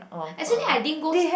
actually I didn't go sp~